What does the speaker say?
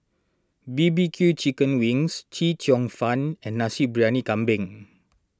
B B Q Chicken Wings Chee Cheong Fun and Nasi Briyani Kambing